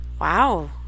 wow